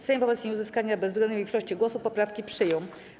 Sejm wobec nieuzyskania bezwzględnej większości głosów poprawki przyjął.